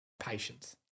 patience